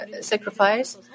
sacrifice